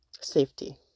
safety